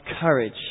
courage